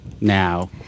now